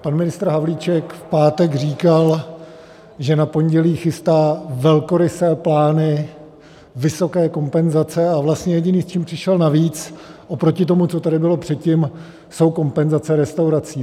Pan ministr Havlíček v pátek říkal, že na pondělí chystá velkorysé plány, vysoké kompenzace, a vlastně jediné, s čím přišel navíc oproti tomu, co tady bylo předtím, jsou kompenzace restauracím.